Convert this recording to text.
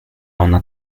ona